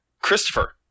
Christopher